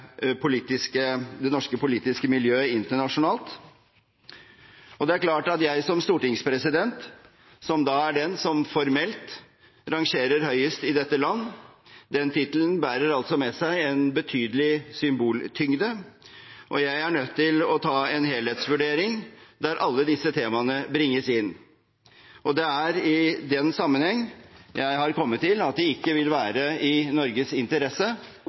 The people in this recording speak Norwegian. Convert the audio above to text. politiske miljø internasjonalt. Og det er klart at jeg som stortingspresident, som er den politiker som formelt er rangert høyest i dette land – den tittelen bærer altså med seg en betydelig symboltyngde – er nødt til å ta en helhetsvurdering der alle disse temaene bringes inn. Det er i den sammenheng jeg har kommet til at det ikke vil være i Norges interesse